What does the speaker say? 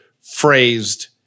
phrased